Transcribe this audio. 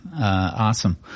awesome